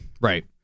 Right